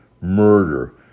murder